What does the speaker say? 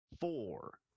Four